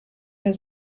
der